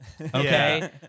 Okay